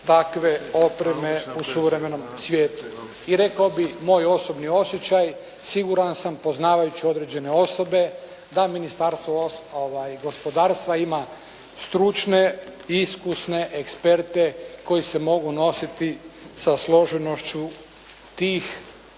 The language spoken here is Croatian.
takve opreme u suvremenom svijetu. I rekao bih, moj osobni osjećaj, siguran sam poznavajući određene osobe, da Ministarstvo gospodarstva ima stručne iskusne eksperte koji se mogu nositi sa složenošću tih